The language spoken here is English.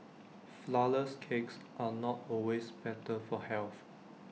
Flourless Cakes are not always better for health